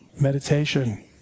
Meditation